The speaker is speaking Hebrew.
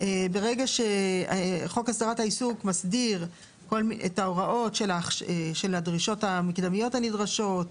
ברגע שחוק הסדרת העיסוק מסדיר את ההוראות של הדרישות המקדמיות הנדרשות,